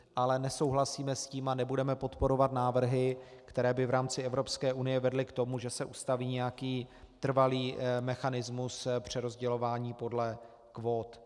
Ale nesouhlasíme s tím a nebudeme podporovat návrhy, které by v rámci Evropské unie vedly k tomu, že se ustaví nějaký trvalý mechanismus přerozdělování podle kvót.